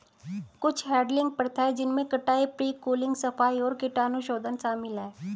कुछ हैडलिंग प्रथाएं जिनमें कटाई, प्री कूलिंग, सफाई और कीटाणुशोधन शामिल है